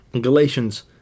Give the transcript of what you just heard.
Galatians